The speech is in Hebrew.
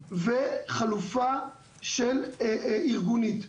וחלופה ארגונית.